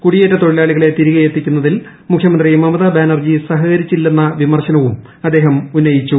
കുടിയേറ്റത്തൊഴിലാളികളെ തിരികെയെത്തിക്കുന്നതിൽ മുഖ്യമന്ത്രി മമതാ ബാനർജി സഹകരിച്ചില്ലെന്ന വിമർശനവും അദ്ദേഹം ഉന്നയിച്ചു